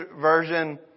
version